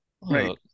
right